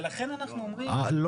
ולכן אנחנו אומרים.